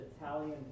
Italian